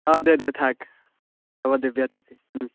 অঁ দে দে থাক হ'ব দে বিয়াত আহিবি